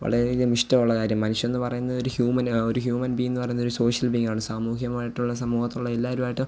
വളരെ അധികം ഇഷ്ടം ഉള്ള കാര്യം മനുഷ്യൻ എന്ന് പറയുന്നതൊരു ഹ്യൂമൻ ആ ഒരു ഹ്യൂമൻ ബീയിംഗ് പറയുന്നൊരു സോഷ്യൽ ബീയിംഗ് ആണ് സാമൂഹികമായിട്ടുള്ള സമൂഹത്തുള്ള എല്ലാവരുമായിട്ട്